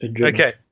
Okay